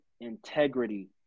integrity